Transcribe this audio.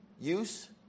Use